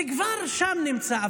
זה כבר נמצא שם,